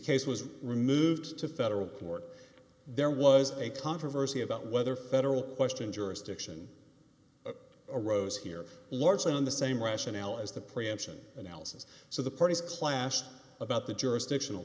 case was removed to federal court there was a controversy about whether federal question jurisdiction arose here largely on the same rationale as the preemption analysis so the parties clashed about the jurisdictional